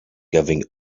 giving